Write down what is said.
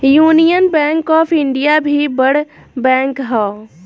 union bank of India भी बड़ bank हअ